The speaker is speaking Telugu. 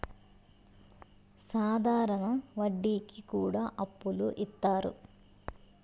సాధారణ వడ్డీ కి కూడా అప్పులు ఇత్తారు